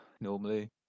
normally